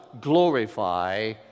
glorify